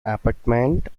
apartment